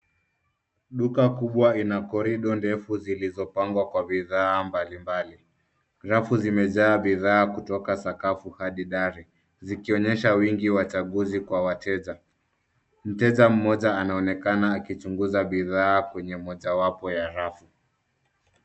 Duka kuwa ina korido ndefu zilizopangwa kwa bidhaa mbali mbali. Rafu zimejaa bidhaa kutoka sakafu hadi dari. Zikionyesha wingi wa chaguzi kwa wateja. Mteja mmoja anaonekana akichunguza bidhaa kwenye moja wapo ya rafu.